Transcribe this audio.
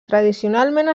tradicionalment